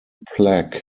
plaque